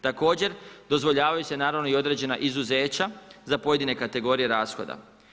Također dozvoljavaju se naravno i određena izuzeća za pojedine kategorije rashoda.